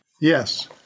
Yes